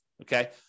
okay